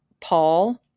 Paul